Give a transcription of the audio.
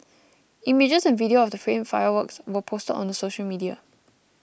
images and video of the frame fireworks were posted on the social media